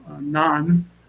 none